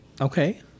Okay